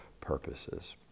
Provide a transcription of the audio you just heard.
purposes